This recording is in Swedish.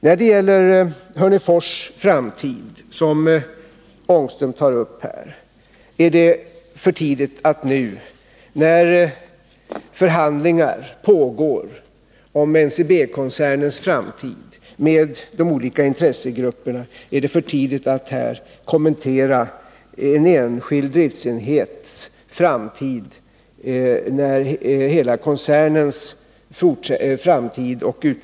När det gäller frågan om Hörnefors framtid, som Rune Ångström tog upp, vill jag säga att det är för tidigt att diskutera den frågan nu. Hela NCB-koncernens utveckling och framtid är föremål för förhandlingar med de olika intressegrupperna, och då är det för tidigt att nu kommentera en enskild driftsenhets framtid.